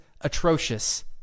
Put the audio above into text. atrocious